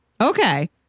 Okay